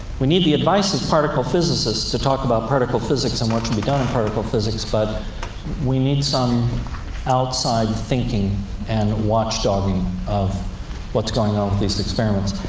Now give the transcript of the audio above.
we need the advice of particle physicists to talk about particle physics and what should be done in particle physics, but we need some outside thinking and watchdogging of what's going on with these experiments.